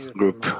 group